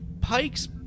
Pike's